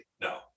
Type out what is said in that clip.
No